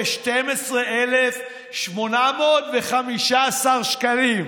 ו-812,815 שקלים.